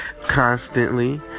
constantly